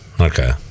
okay